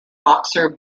boxer